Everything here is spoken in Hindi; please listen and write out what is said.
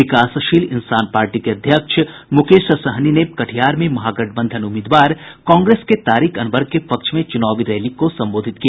विकासशील इंसान पार्टी के अध्यक्ष मुकेश सहनी ने कटिहार में महागठबंधन उम्मीदवार कांग्रेस के तारिक अनवर के पक्ष में चुनावी रैली को संबोधित किया